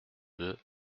deux